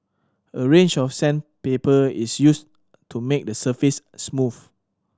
a range of sandpaper is used to make the surface smooth